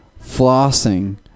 flossing